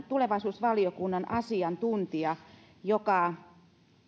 tulevaisuusvaliokunnan asiantuntija joka